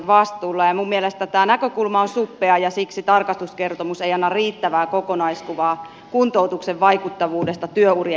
minun mielestäni tämä näkökulma on suppea ja siksi tarkastuskertomus ei anna riittävää kokonaiskuvaa kuntoutuksen vaikuttavuudesta työurien jatkamiseen